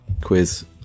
quiz